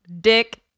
dick